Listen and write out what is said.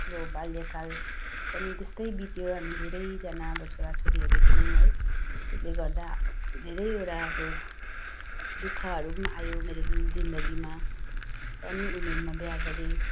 अब बाल्यकाल पनि त्यस्तै बित्यो हामी धेरैजना अब छोरा छोरीहरू थियौँ है त्यसले गर्दा धेरैवटा दुःखहरू पनि आयो मेरो जिन्दगीमा सानै उमेरमा विवाह गरेँ